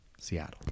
Seattle